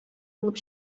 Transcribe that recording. булып